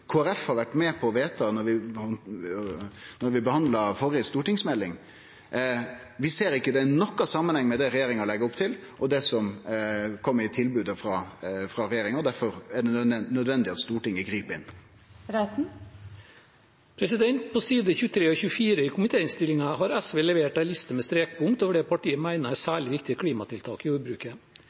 har vore med på å vedta da vi behandla førre stortingsmelding. Vi ser ikkje det i nokon samanheng med det som regjeringa legg opp til, det som kom i tilbodet frå regjeringa, og difor er det nødvendig at Stortinget grip inn. På side 23 og 24 i komitéinnstillingen har SV levert en liste med strekpunkter over det som partiet mener er særlig viktige klimatiltak i